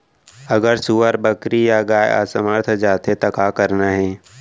अगर सुअर, बकरी या गाय असमर्थ जाथे ता का करना हे?